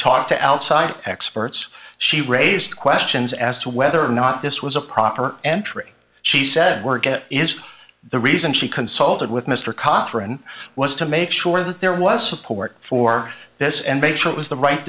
talked to outside experts she raised questions as to whether or not this was a proper entry she said work it is the reason she consulted with mr cochran was to make sure that there was support for this and make sure it was the right